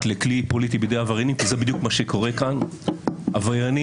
לכלי פוליטי בידי עבריינים" כי זה בדיוק מה שקורה כאן: עבריינים